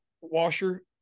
washer